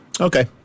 Okay